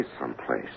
someplace